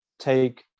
take